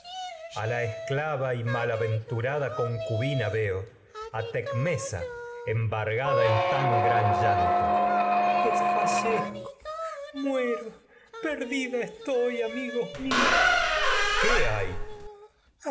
a esclava y malaventurada en concubina veo a tecmesa embargada tan gran llanto tecmesa desfallezco muero perdida estoy ami gos míos coro qué hay